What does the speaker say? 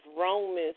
Romans